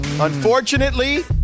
unfortunately